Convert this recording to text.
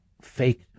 fake